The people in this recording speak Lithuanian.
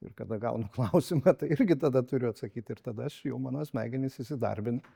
ir kada gaunu klausimą tai irgi tada turiu atsakyt ir tada aš jau mano smegenys įsidarbina